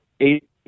eight